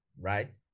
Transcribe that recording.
Right